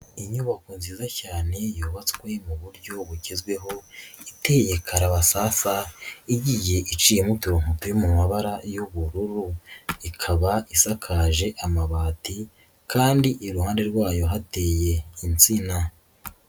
Inyubako nziza cyane yubatswe mu buryo bugezweho iteye karabasasa, igiye iciyemo uturongo turi mu mabara y'ubururu, ikaba isakaje amabati kandi iruhande rwayo hateye insina.